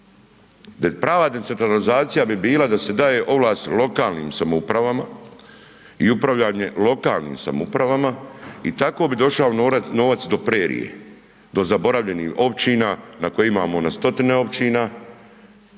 Prava decentralizacija bi bila da se daje ovlast lokalnim samoupravama i upravljanje lokalnim samoupravama i tako bi došao novac do prerije, do zaboravljenih općina na kojih imamo na 100-tine općina,